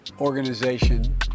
organization